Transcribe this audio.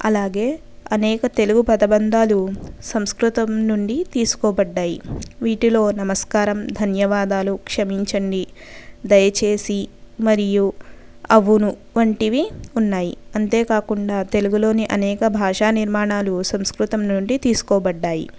అలాగే అనేక తెలుగు పదభందాలు సంస్కృతం నుండి తీసుకోబడ్డాయి వీటిలో నమస్కారం ధన్యవాదాలు క్షమించండి దయచేసి మరియు అవును వంటివి ఉన్నాయి అంతేకాకుండా తెలుగులోని అనేక భాషానిర్మాణాలు సంస్కృతం నుండి తీసుకోబడ్డాయి